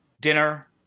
dinner